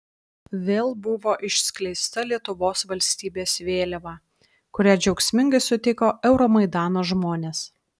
vėl buvo išskleista lietuvos valstybės vėliava kurią džiaugsmingai sutiko euromaidano žmonės